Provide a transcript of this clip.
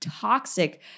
toxic